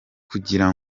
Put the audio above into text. kugira